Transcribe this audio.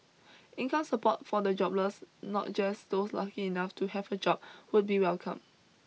income support for the jobless not just those lucky enough to have a job would be welcome